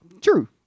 True